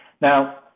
Now